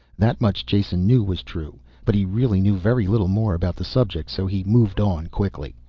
that much jason knew was true but he really knew very little more about the subject so he moved on quickly.